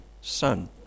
son